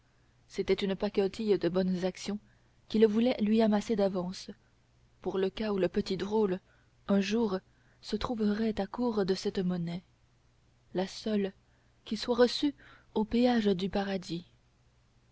c'était une pacotille de bonnes actions qu'il voulait lui amasser d'avance pour le cas où le petit drôle un jour se trouverait à court de cette monnaie la seule qui soit reçue au péage du paradis